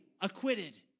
acquitted